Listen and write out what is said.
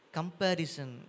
Comparison